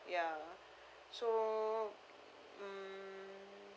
ya so mm